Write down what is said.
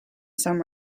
some